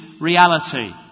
reality